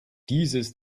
dieses